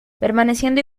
permaneciendo